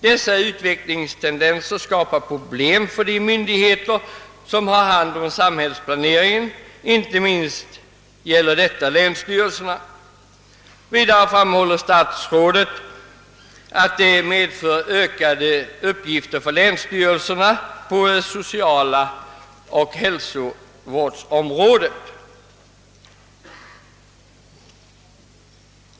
Dessa utvecklingstendenser skapar problem för de myndigheter som har hand om samhällsplaneringen, Inte minst gäller detta länsstyrelserna.» Vidare framhåller statsrådet att det medför ökade uppgifter för länsstyrelserna på det sociala området och på hälsovårdsområdet.